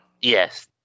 yes